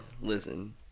Listen